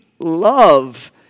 love